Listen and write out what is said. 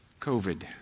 COVID